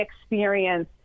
experience